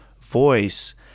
voice